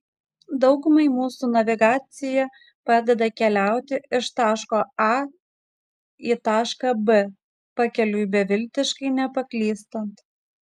daugumai mūsų navigacija padeda keliauti iš taško a į tašką b pakeliui beviltiškai nepaklystant